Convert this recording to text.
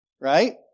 Right